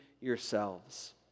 yourselves